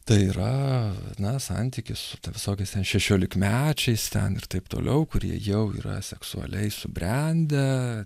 tai yra na santykis visokiais šešiolikmečiais ten ir taip toliau kurie jau yra seksualiai subrendę